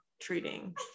treating